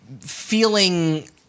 feeling